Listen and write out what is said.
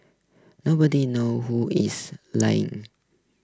nobody knows who is lying